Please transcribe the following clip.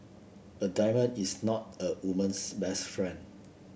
a diamond is not a woman's best friend